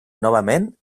novament